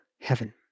heaven